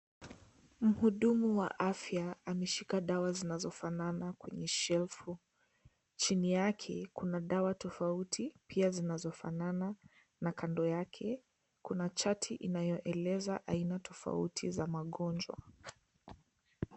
Mhudumu wa afya ameshika dawa zinazofanana kwenye shelfu. Chini ya kuna dawa tofauti pia zinazofanana na kando yake kuna chati inayoeleza aina tofauti za magonjwa.